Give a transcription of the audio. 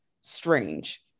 strange